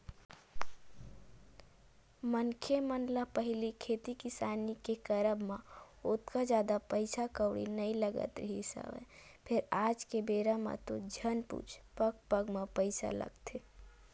मनखे मन ल पहिली खेती किसानी के करब म ओतका जादा पइसा कउड़ी नइ लगत रिहिस हवय फेर आज के बेरा म तो झन पुछ पग पग म पइसा लगथे